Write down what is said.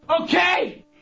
okay